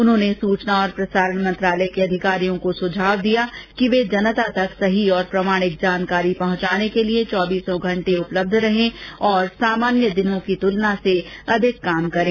उन्होने सुचना और प्रसारण मंत्रालय के अधिकारियों को सुझाव दिया कि वे जनता तक सही और प्रामाणिक जानकारी पहुंचाने के लिए चौबीसों घंटे उपलब्ध रहें और सामान्य की तुलना में अधिक काम करें